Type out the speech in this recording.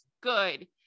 good